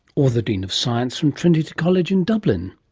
or the dean of science from trinity college in dublin.